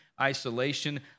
isolation